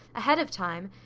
ahead of time,